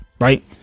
right